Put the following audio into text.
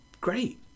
Great